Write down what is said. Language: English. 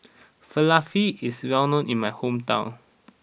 Falafel is well known in my hometown